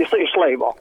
jisai iš laivo